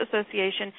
Association